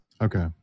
Okay